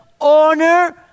honor